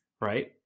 right